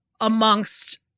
amongst